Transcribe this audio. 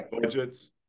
budgets